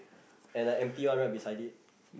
and like empty one right beside it